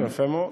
יפה מאוד.